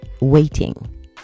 waiting